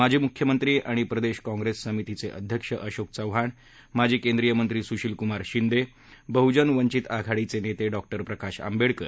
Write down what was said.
माजी मुख्यमंत्री आणि प्रदक्षकाँग्रिस समितीचक्ष अध्यक्ष अशोक चव्हाण माजी केंद्रीय मंत्री सुशिलकुमार शिंद बेहुजन वंचित आघाडीचनित्तार्जी प्रकाश आंबेहक्कर